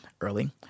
early